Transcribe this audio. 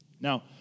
Now